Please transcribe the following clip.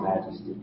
Majesty